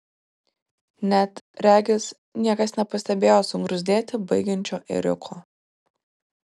net regis niekas nepastebėjo sugruzdėti baigiančio ėriuko